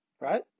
Right